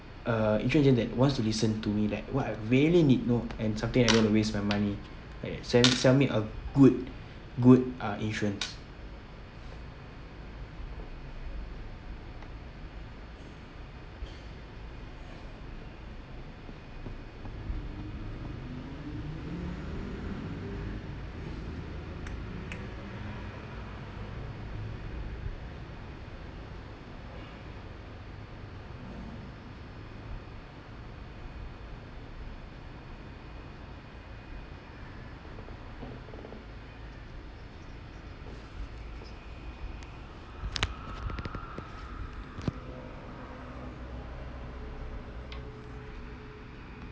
uh insurance agent that wants to listen to me like what I really need know and something that I don't waste my money like sell sell me a good good uh insurance